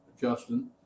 Justin